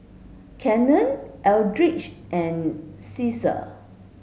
Cannon Eldridge and Ceasar